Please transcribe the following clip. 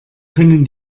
können